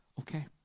okay